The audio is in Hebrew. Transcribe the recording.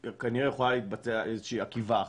כנראה יכול להתבצע איזה שהוא מעקב אחריו.